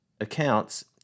accounts